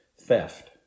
theft